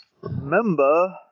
Remember